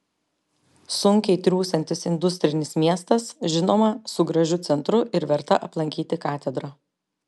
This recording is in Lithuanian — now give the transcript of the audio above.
sunkiai triūsiantis industrinis miestas žinoma su gražiu centru ir verta aplankyti katedra